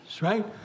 right